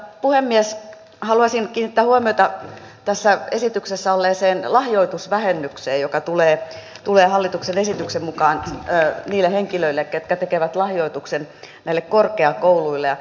mutta puhemies haluaisin kiinnittää huomiota tässä esityksessä olleeseen lahjoitusvähennykseen joka tulee hallituksen esityksen mukaan niille henkilöille ketkä tekevät lahjoituksen näille korkeakouluille